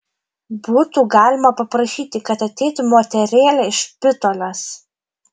būtų galima paprašyti kad ateitų moterėlė iš špitolės